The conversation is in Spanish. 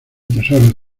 tesoros